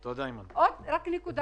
צריך לקחת